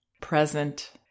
present